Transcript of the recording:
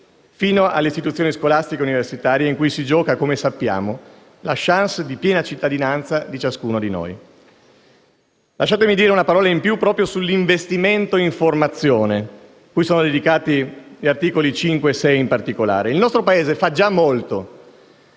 fino alle istituzioni scolastiche e universitarie, in cui si gioca, come sappiamo, la *chance* di piena cittadinanza di ciascuno di noi. Lasciatemi dire una parola in più proprio sull'investimento in formazione, cui sono dedicati gli articoli 5 e 6 in particolare. Il nostro Paese fa già molto